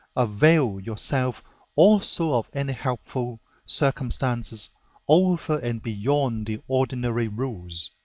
avail yourself also of any helpful circumstances over and beyond the ordinary rules.